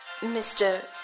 Mr